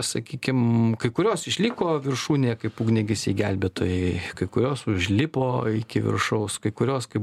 sakykim kai kurios išliko viršūnėje kaip ugniagesiai gelbėtojai kai kurios užlipo iki viršaus kai kurios kaip